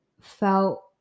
felt